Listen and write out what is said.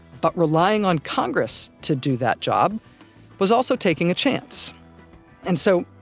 but relying on congress to do that job was also taking a chance and so,